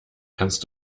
kannst